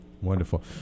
Wonderful